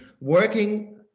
working